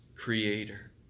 creator